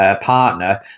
Partner